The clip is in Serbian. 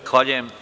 Zahvaljujem.